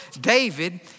David